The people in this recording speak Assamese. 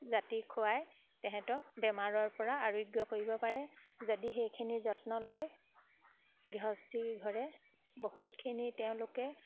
জাতি খুৱাই তেহেঁতক বেমাৰৰপৰা আৰোগ্য কৰিব পাৰে যদি সেইখিনি যত্ন লয় গৃহস্থীঘৰে বহুতখিনি তেওঁলোকে